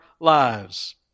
lives